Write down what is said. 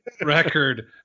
record